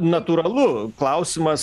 natūralu klausimas